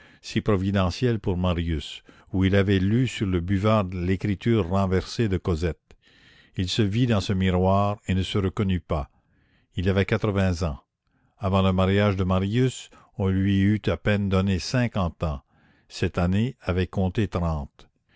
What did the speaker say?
si providentiel pour marius où il avait lu sur le buvard l'écriture renversée de cosette il se vit dans ce miroir et ne se reconnut pas il avait quatre-vingts ans avant le mariage de marius on lui eût à peine donné cinquante ans cette année avait compté trente